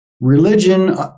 Religion